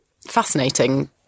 Fascinating